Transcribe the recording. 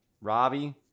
Robbie